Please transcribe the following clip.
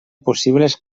possibles